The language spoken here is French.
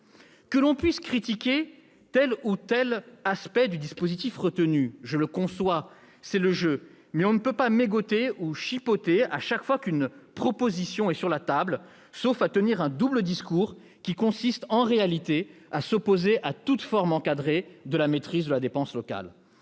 Que l'on puisse critiquer tel ou tel aspect du dispositif retenu, je le conçois, c'est le jeu. Mais on ne peut pas mégoter ou chipoter chaque fois qu'une proposition est sur la table, sauf à tenir un double discours qui consiste, en réalité, à s'opposer à toute forme encadrée de maîtrise de la dépense locale.